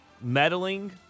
meddling